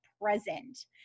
present